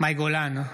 מאי גולן,